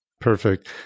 Perfect